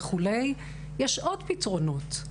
יש עוד פתרונות.